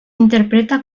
interpreta